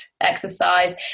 exercise